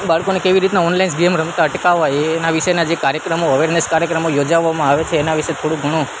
બાળકોને કેવી રીતના ઓનલાઈન ગેમ્સ રમત અટકાવા એ એના વિશેના જે કાર્યક્રમો અવેરનેસ કાર્યક્રમો યોજાવામાં આવે છે એના વિશે થોળું ઘણું